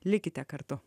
likite kartu